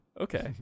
okay